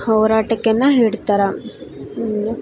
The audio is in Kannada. ಹೋರಾಟಕ್ಕೆನ ಹಿಡ್ತಾರಾ